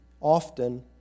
often